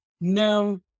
No